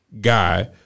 guy